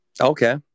Okay